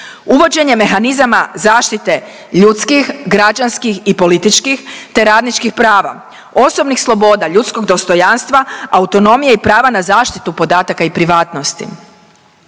uvođenje mehanizama zaštite ljudskih, građanskih i političkih te radničkih prava, osobnih sloboda ljudskog dostojanstva, autonomije i prava na zaštitu podataka i privatnosti,